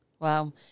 Wow